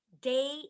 day